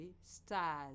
stars